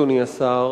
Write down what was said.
אדוני השר,